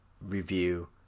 review